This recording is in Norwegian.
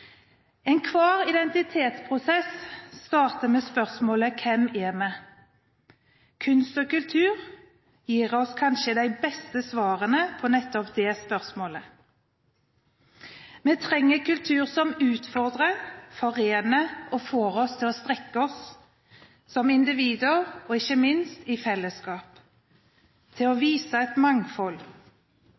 Enhver identitetsprosess starter med spørsmålet: Hvem er vi? Kunst og kultur gir oss kanskje de beste svarene på nettopp det spørsmålet. Vi trenger kultur som utfordrer, forener og får oss til å strekke oss som individer og ikke minst i fellesskap, og til å vise et mangfold.